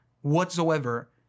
whatsoever